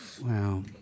Wow